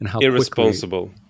Irresponsible